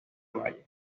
valle